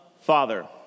Father